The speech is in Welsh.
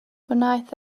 wnaeth